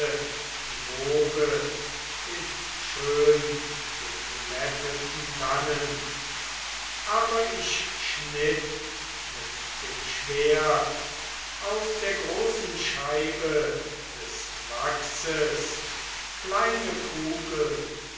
die woge den schöngeglätteten tannen aber ich schnitt mit dem schwert aus der großen scheibe des wachses kleine kugeln